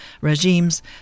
regimes